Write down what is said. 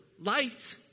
light